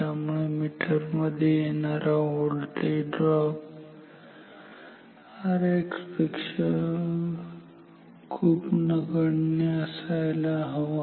त्यामुळे मीटर मध्ये होणारा व्होल्टेज ड्रॉप Rx पेक्षा खूप नगण्य असायला हवा